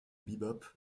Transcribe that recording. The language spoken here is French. bebop